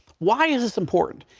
why is this important.